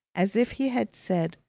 as if he had said,